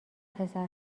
پسر